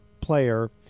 player